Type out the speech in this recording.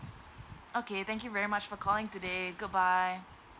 okay thank you very much for calling today good bye